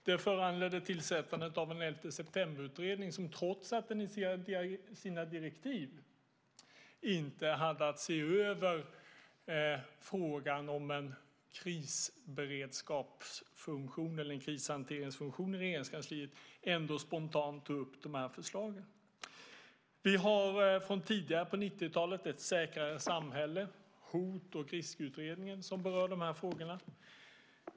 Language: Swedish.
Det föranledde tillsättandet av en elfteseptemberutredning som trots att den initialt i sina direktiv inte hade att se över frågan om en krishanteringsfunktion i Regeringskansliet ändå spontat tog upp det. Vi har från tidigare på 90-talet Ett säkrare samhälle av Hot och riskutredningen som berör de här frågorna.